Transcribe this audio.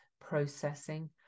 processing